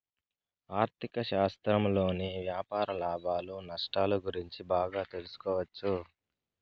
ఆర్ధిక శాస్త్రంలోని వ్యాపార లాభాలు నష్టాలు గురించి బాగా తెలుసుకోవచ్చు